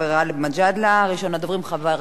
ראשון הדוברים, חבר הכנסת חמד עמאר,